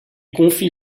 confie